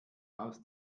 aus